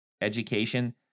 education